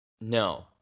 No